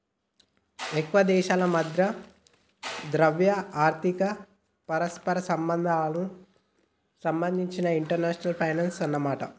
ఎక్కువ దేశాల మధ్య ద్రవ్య ఆర్థిక పరస్పర సంబంధాలకు సంబంధించినదే ఇంటర్నేషనల్ ఫైనాన్సు అన్నమాట